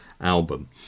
album